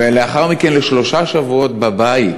ולאחר מכן לשלושה שבועות בבית,